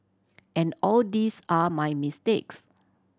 and all these are my mistakes